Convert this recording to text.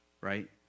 Right